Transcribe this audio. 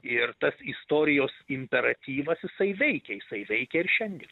ir tas istorijos imperatyvas jisai veikė jisai veikia ir šiandien